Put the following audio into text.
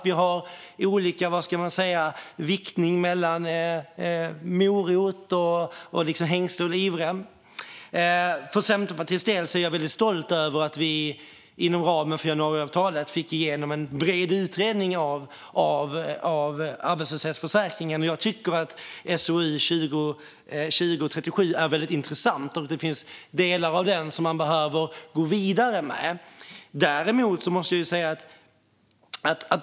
Vi har olika viktning mellan morot och piska samt mellan hängslen och livrem. För Centerpartiets del är jag stolt över att vi inom ramen för januariavtalet fick igenom en bred utredning av arbetslöshetsförsäkringen. Jag tycker att SOU 2020:37 är intressant. Delar av den kan vi gå vidare med.